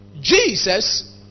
jesus